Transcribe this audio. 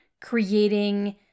creating